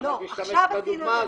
למה את משתמשת בדוגמה הזאת?